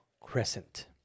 crescent